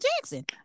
Jackson